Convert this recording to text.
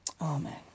Amen